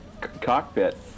Cockpit